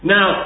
Now